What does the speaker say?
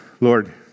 Lord